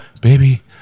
baby